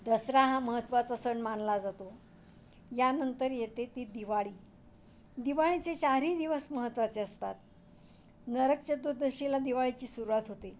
दसरा हा महत्त्वाचा सण मानला जातो यानंतर येते ती दिवाळी दिवाळीचे चारही दिवस महत्त्वाचे असतात नरक चतुर्दशीला दिवाळीची सुरुवात होते